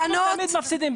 אנחנו תמיד מפסידים,